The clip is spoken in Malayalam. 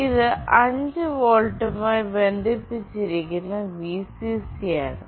ഇത് 5 വോൾട്ടുമായി ബന്ധിപ്പിച്ചിരിക്കുന്ന Vcc ആണ്